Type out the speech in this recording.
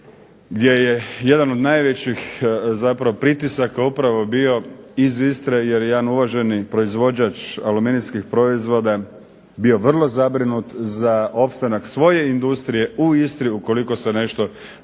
gdje je jedan od najvećih pritisaka upravo bio iz Istre jer jedan uvaženi proizvođač aluminijskih proizvoda bio vrlo zabrinut za opstanak svoje industrije u Istri ukoliko se nešto dogodi